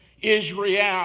israel